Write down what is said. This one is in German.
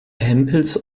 hempels